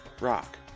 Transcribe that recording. Rock